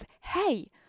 Hey